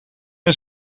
een